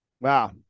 Wow